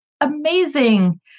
Amazing